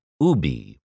Ubi